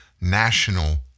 national